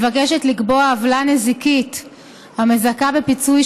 מבקשת לקבוע עוולה נזיקית המזכה בפיצוי